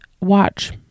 Watch